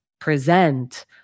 present